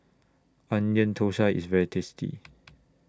Onion Thosai IS very tasty